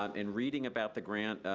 um in reading about the grant,